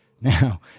Now